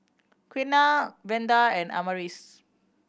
Quiana Vander and Amaris